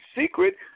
secret